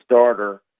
starter